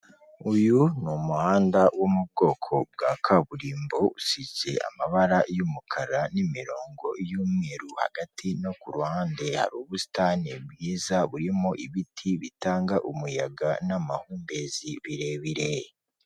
Uyu ni umuhanda wo mu bwoko bwa kaburimbo usibye amabara y'umukara n'imirongo y'umweru hagati no ku ruhande ubusitani bwiza burimo ibiti bitanga umuyaga n'amahumbezi birebire.